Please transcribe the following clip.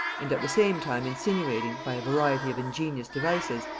and at the same time insinuating, by a variety of ingenious devices,